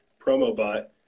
Promobot